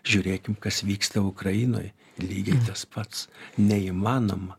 žiūrėkim kas vyksta ukrainoj lygiai tas pats neįmanoma